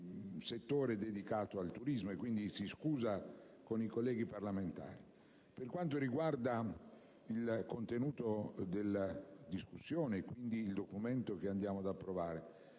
Per quanto riguarda il contenuto della discussione, quindi il documento che andiamo ad approvare,